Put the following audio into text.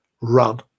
run